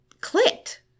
clicked